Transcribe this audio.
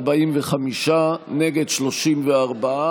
הצעת חוק לתיקון ולקיום תוקפן של תקנות שעת חירום (נגיף הקורונה החדש,